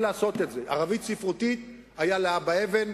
ערבית ספרותית היתה לאבא אבן,